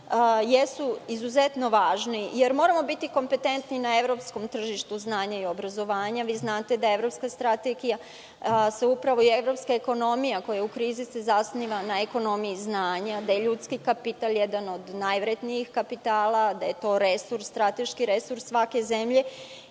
jesu izuzetno važni. Moramo biti kompetentni na evropskom tržištu znanja i obrazovanja. Znate da evropska strategija, evropska ekonomija koja je u krizi, se zasniva na ekonomiji znanja, da je ljudski kapital jedan od najvrednijih kapitala, da je to strateški resurs svake zemlje.